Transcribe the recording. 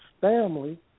family